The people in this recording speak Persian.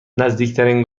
نزدیکترین